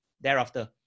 thereafter